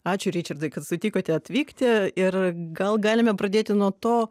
ačiū ričardai kad sutikote atvykti ir gal galime pradėti nuo to